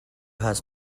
has